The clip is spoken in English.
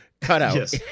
cutout